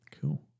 cool